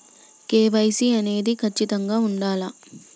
KYC అనేది ఖచ్చితంగా ఉండాలా?